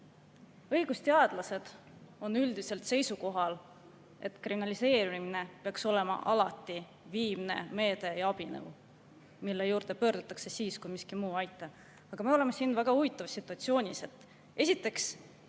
Õigusteadlased on üldiselt seisukohal, et kriminaliseerimine peaks olema alati viimne meede ja abinõu, mille juurde pöördutakse siis, kui miski muu ei aita. Me oleme siin aga väga huvitavas situatsioonis. Esiteks,